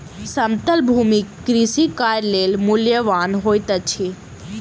समतल भूमि कृषि कार्य लेल मूल्यवान होइत अछि